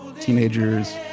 teenagers